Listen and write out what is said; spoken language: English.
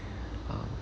uh